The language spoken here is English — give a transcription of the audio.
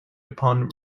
upon